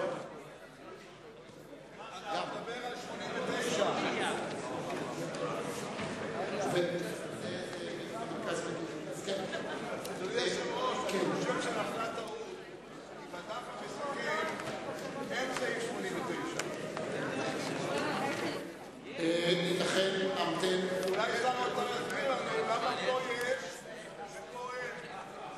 בדף המסכם אין סעיף 89. אולי שר האוצר יסביר לנו למה פה יש ופה אין.